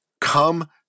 Come